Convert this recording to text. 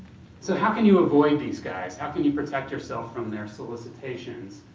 so how can you avoid these guys? how can you protect yourself from their solicitations?